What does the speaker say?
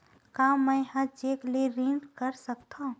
का मैं ह चेक ले ऋण कर सकथव?